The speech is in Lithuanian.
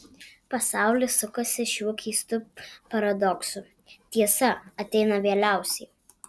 pasaulis sukasi šiuo keistu paradoksu tiesa ateina vėliausiai